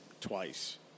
twice